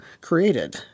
created